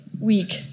week